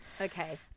Okay